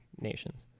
nations